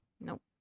Nope